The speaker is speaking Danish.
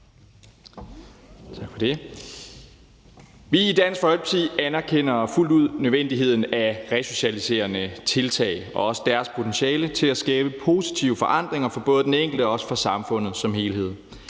Vi i Dansk Folkeparti anerkender fuldt ud nødvendigheden af resocialiserende tiltag og også deres potentiale til at skabe positive forandringer for både den enkelte og for samfundet som helhed.